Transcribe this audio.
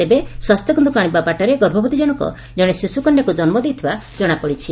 ତେବେ ସ୍ୱାସ୍ଥ୍ୟ କେନ୍ଦ୍ରକୁ ଆଣିବା ବାଟରେ ଗର୍ଭବତୀ ଜଶକ ଜଣେ ଶିଶୁ କନ୍ୟାଙ୍କୁ ଜନୁ ଦେଇଥିବା ଜଣାପଡ଼ିଛି